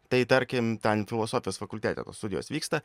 tai tarkim ten filosofijos fakultete tos studijos vyksta